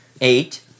Eight